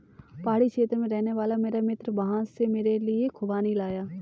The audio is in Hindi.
पहाड़ी क्षेत्र में रहने वाला मेरा मित्र वहां से मेरे लिए खूबानी लाया